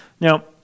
Now